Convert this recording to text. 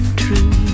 true